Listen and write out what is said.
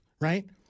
right